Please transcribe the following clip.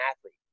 athlete